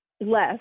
less